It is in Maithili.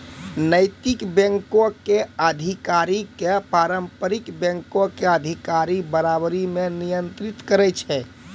नैतिक बैंको के अधिकारी के पारंपरिक बैंको के अधिकारी बराबरी मे नियंत्रित करै छै